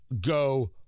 go